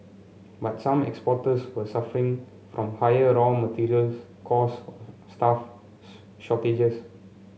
but some exporters were suffering from higher raw materials costs staffs shortages